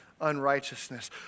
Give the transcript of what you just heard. unrighteousness